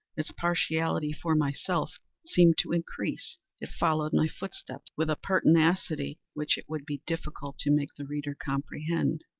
its partiality for myself seemed to increase. it followed my footsteps with a pertinacity which it would be difficult to make the reader comprehend.